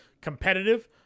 competitive